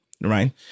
right